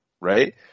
right